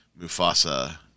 Mufasa